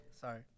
Sorry